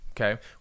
okay